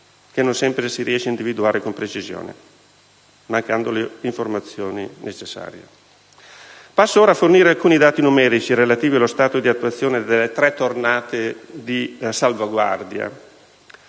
che non sempre si riesce ad individuare con precisione mancando le informazioni necessarie. Passo ora a fornire alcuni dati numerici relativi allo stato di attuazione delle tre tornate di salvaguardia